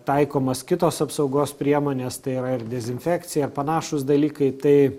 taikomos kitos apsaugos priemonės tai yra ir dezinfekcija panašūs dalykai tai